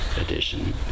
edition